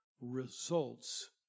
results